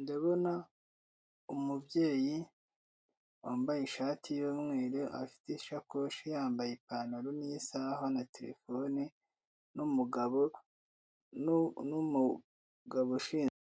Ndabona umubyeyi wambaye ishati y'umweru afite isakoshi yambaye ipantaro n'isaha na terefone n'umugabo, n'umugabo ushinzwe